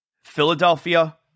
Philadelphia